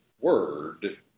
word